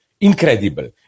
incredible